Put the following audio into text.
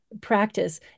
practice